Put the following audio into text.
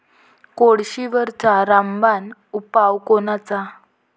कोळशीवरचा रामबान उपाव कोनचा?